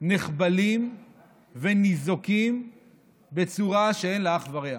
נחבלים וניזוקים בצורה שאין לה אח ורע.